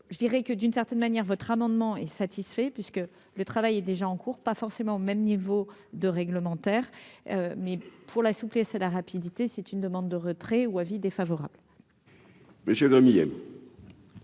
je dirais que d'une certaine manière votre amendement est satisfait puisque le travail est déjà en cours, pas forcément au même niveau de réglementaire, mais pour la souplesse, la rapidité, c'est une demande de retrait ou avis défavorable. Monsieur Daumier.